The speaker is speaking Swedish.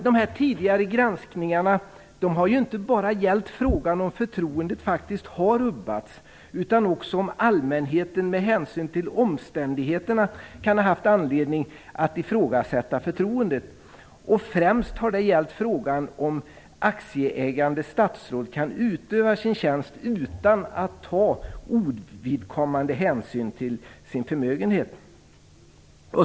Dessa tidigare granskningar har inte bara gällt frågan om förtroendet faktiskt har rubbats utan också om allmänheten med hänsyn till omständigheterna kan ha haft anledning att ifrågasätta förtroendet. Främst har det gällt frågan om aktieägande statsråd kan utöva sin tjänst utan att ta ovidkommande hänsyn till sin förmögenhet.